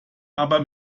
aber